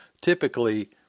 typically